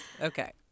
Okay